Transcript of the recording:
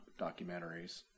documentaries